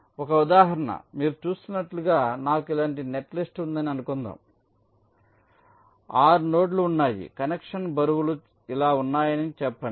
ఒక ఉదాహరణ మీరు చూస్తున్నట్లుగా నాకు ఇలాంటి నెట్లిస్ట్ ఉందని అనుకోండి 6 నోడ్లు ఉన్నాయి కనెక్షన్ బరువులు ఇలా ఉన్నాయని చెప్పండి